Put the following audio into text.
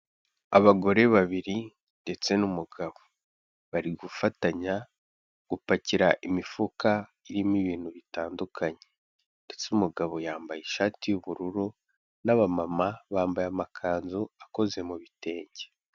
Abagore babiri ndetse n'umugabo, bari gufatanya gupakira imifuka irimo ibintu bitandukanye, ndetse umugabo yambaye ishati y'ubururu, n'abamama bambaye amakanzu akoze mu bitenge.